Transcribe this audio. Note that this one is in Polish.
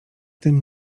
tym